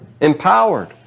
empowered